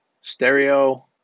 Stereo